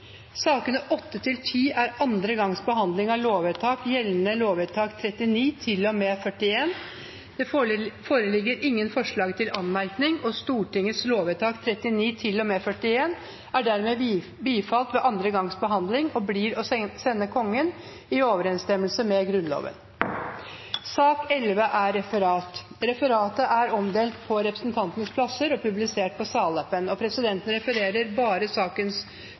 Sakene nr. 8–10 er andre gangs behandling av lovsaker og gjelder lovvedtakene 39 til og med 41. Det foreligger ingen forslag til anmerkning. Stortingets lovvedtak er dermed bifalt ved andre gangs behandling og blir å sende Kongen i overenstemmelse med Grunnloven. Dermed er dagens kart ferdigbehandlet. Forlanger noen ordet før møtet heves? – Møtet er